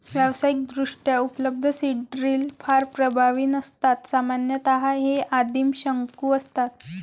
व्यावसायिकदृष्ट्या उपलब्ध seed drill फार प्रभावी नसतात सामान्यतः हे आदिम शंकू असतात